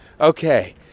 okay